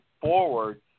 forward